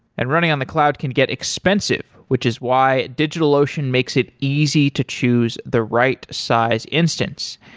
and running on the cloud can get expensive, which is why digitalocean makes it easy to choose the right size instance.